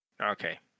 Okay